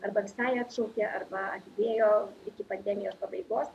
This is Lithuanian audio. arba visai atšaukė arba atidėjo iki pandemijos pabaigos